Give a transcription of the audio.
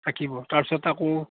থাকিব তাৰপিছত আকৌ